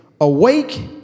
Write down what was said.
awake